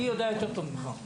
אני יודע טוב יותר ממך.